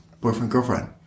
boyfriend-girlfriend